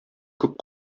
күп